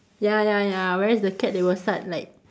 ya ya ya whereas the cat they will start like